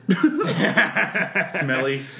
Smelly